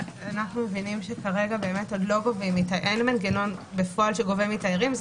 אנו מבינים שאין מנגנון בפועל שגובה מתיירים.